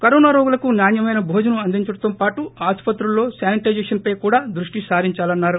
corona రోగులకు నాణ్యమైన భోజనం అందించడంతో పాటు ఆసుపత్రులలో శానిటైజేషన్పై కూడా దృష్టి సారించాలన్నారు